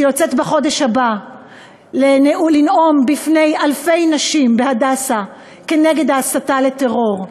שיוצאת בחודש הבא לנאום בפני אלפי נשים ב"הדסה" נגד ההסתה לטרור,